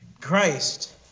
Christ